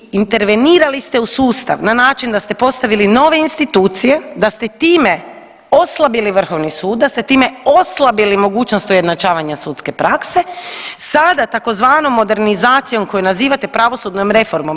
Dakle, intervenirali ste u sustav na način da ste postavili nove institucije, da ste time oslabili vrhovni sud, da ste time oslabili mogućnost ujednačavanja sudske prakse, sada tzv. modernizacijom koju nazivate pravosudnom reformom.